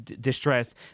distress